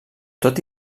tot